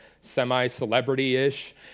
semi-celebrity-ish